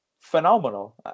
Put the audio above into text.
phenomenal